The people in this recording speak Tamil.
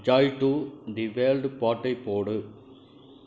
ஜாய் டு தி வேர்ல்ட் பாட்டை போடு